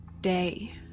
day